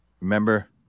remember